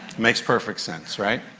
makes perfect sense, right?